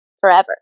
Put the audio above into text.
forever